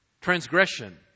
Transgression